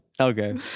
Okay